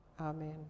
Amen